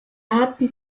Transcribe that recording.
hatten